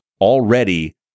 already